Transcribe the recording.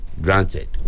Granted